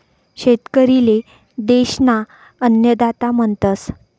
शेतकरी ले देश ना अन्नदाता म्हणतस